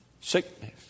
sickness